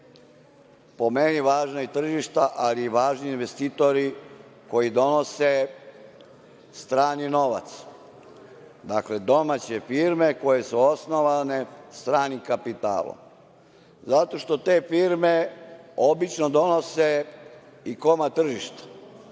po meni važna i tržišta, ali i važni investitori koji donose strani novac. Dakle, domaće firme koje su osnovane stranim kapitalom. Zato što te firme obično donose i komad tržišta.